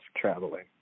Traveling